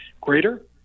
greater